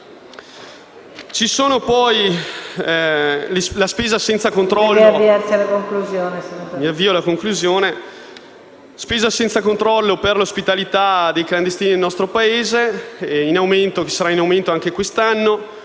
altresì la spesa senza controllo per l'ospitalità dei clandestini nel nostro Paese, che sarà in aumento anche quest'anno,